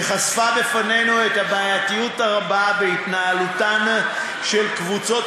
שחשפה בפנינו את הבעייתיות הרבה בהתנהלותן של קבוצות